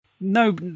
no